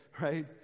right